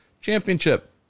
championship